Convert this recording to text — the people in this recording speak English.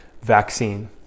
vaccine